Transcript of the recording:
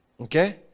Okay